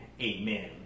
amen